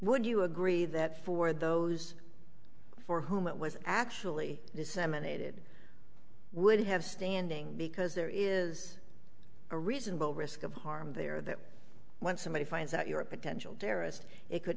would you agree that for those for whom it was actually disseminated would have standing because there is a reasonable risk of harm there that when somebody finds out you're a potential terrorist it could